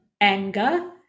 anger